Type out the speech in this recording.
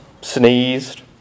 sneezed